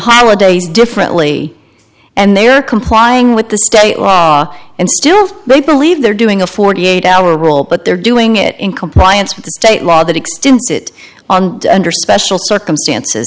holidays differently and they are complying with the state law and still they believe they're doing a forty eight hour world but they're doing it in compliance with the state law that extent it on under special circumstances